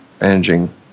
managing